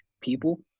people